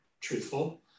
truthful